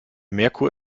merkur